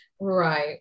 Right